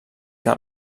que